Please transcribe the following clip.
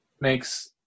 makes